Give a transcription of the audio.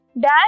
Dash